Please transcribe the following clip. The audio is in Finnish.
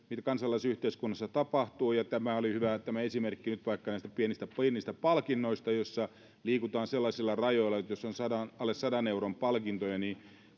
kansalaisyhteiskunnassa tapahtuu ja tämä oli hyvä tämä esimerkki vaikka näistä pienistä palkinnoista joissa liikutaan sellaisilla rajoilla että jos on alle sadan euron palkintoja niin